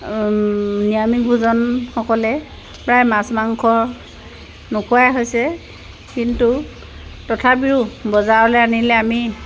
নিৰামিষ ভোজনসকলে প্ৰায় মাছ মাংস নোখোৱাই হৈছে কিন্তু তথাপিও বজাৰলৈ আনিলে আমি